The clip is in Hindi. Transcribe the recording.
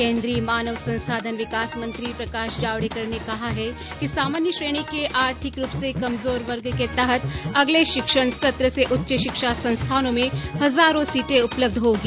केन्द्रीय मानव संसाधन विकास मंत्री प्रकाश जावडेकर ने कहा है कि सामान्य श्रेणी के आर्थिक रूप से कमजोर वर्ग के तहत अगले शिक्षण सत्र से उच्च शिक्षा संस्थानों में हजारो सीटें उपलब्ध होगी